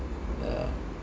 yeah